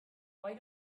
why